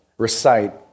recite